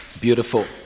Beautiful